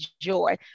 joy